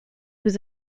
was